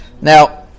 Now